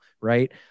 right